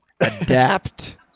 Adapt